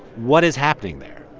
what is happening there?